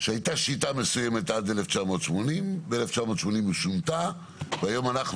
שהייתה שיטה מסוימת עד 1980 ומ-1980 היא שונתה והיום אנחנו